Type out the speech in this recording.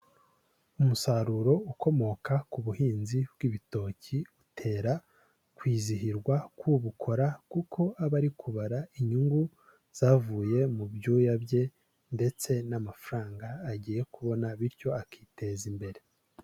Umusaruro ukomoka ku buhinzi bw'ibitoki, utera kwizihirwa ku bukora, kuko aba ari kubara inyungu zavuye mu byuya bye, ndetse n'amafaranga agiye kubona bityo akiteza imbere.